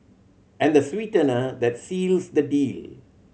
and the sweetener that seals the deal